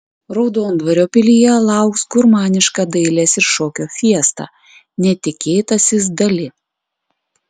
raudondvario pilyje lauks gurmaniška dailės ir šokio fiesta netikėtasis dali